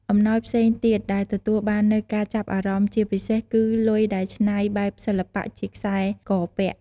អំណោយផ្សេងទៀតដែលទទួលបាននូវការចាប់អារម្មណ៍ជាពិសេសគឺ លុយដែលឆ្នៃបែបសិល្បៈជាខ្សែកពាក់។